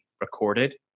recorded